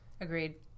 Agreed